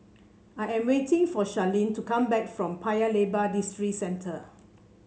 I am waiting for Sharleen to come back from Paya Lebar Districentre